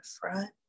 front